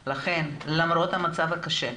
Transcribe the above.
לכן, למרות המצב הקשה,